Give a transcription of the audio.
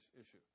issue